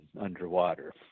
underwater